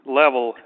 level